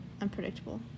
unpredictable